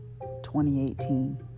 2018